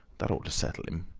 that ought to settle him!